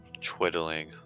twiddling